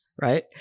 Right